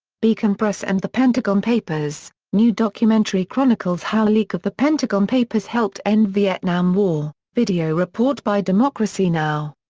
beacon press and the pentagon papers new documentary chronicles how leak of the pentagon papers helped end vietnam war video report by democracy now!